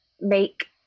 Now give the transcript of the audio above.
make